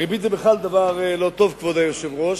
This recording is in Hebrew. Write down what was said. ריבית היא בכלל דבר לא טוב, כבוד היושב-ראש,